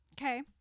Okay